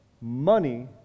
money